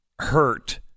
hurt